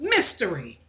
Mystery